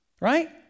right